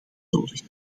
nodig